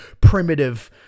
primitive